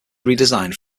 redesigned